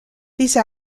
these